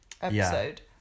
episode